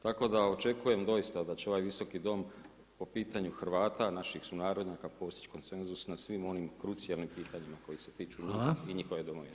Tako da očekujem doista da će ovaj Visoki dom po pitanju Hrvata, naših sunarodnjaka, postići konsenzus na svim onim krucijalnim pitanjima koje se tiču i njihove domovine.